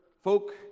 folk